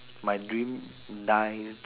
my dream die